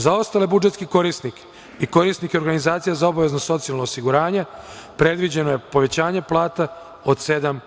Za ostale budžetske korisnike i korisnike organizacija za obavezno socijalno osiguranje predviđeno je povećanje plata od 7%